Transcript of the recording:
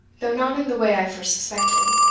though not in the way i first suspected